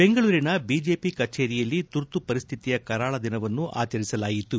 ಬೆಂಗಳೂರಿನ ಬಿಜೆಪಿ ಕಚೇರಿಯಲ್ಲಿ ತುರ್ತು ಪರಿಸ್ಥಿತಿಯ ಕರಾಳ ದಿನವನ್ನು ಆಚರಿಸಲಾಯಿತು